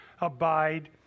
abide